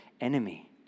enemy